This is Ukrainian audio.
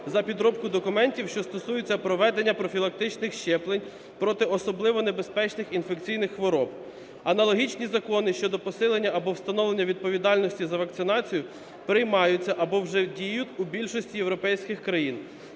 за підробку документів, що стосуються проведення профілактичних щеплень проти особливо небезпечних інфекційних хвороб. Аналогічні закони щодо посилення або встановлення відповідальності за вакцинацію приймаються або вже діють у більшості європейських країн.